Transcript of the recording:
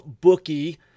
bookie